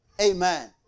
Amen